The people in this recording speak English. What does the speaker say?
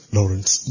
Lawrence